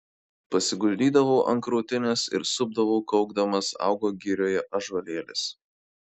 pasiguldydavau ant krūtinės ir supdavau kaukdamas augo girioje ąžuolėlis